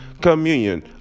Communion